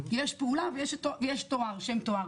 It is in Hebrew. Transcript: יש פעולה ויש את שם התואר.